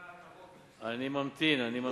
אני ממתין, אני ממתין.